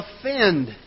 offend